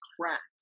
cracked